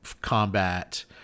combat